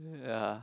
ya